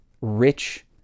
rich